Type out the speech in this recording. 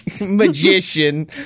magician